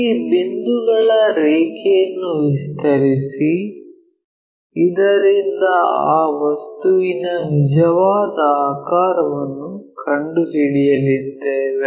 ಈ ಬಿಂದುಗಳ ರೇಖೆಯನ್ನು ವಿಸ್ತರಿಸಿ ಇದರಿಂದ ಆ ವಸ್ತುವಿನ ನಿಜವಾದ ಆಕಾರವನ್ನು ಕಂಡುಹಿಡಿಯಲಿದ್ದೇವೆ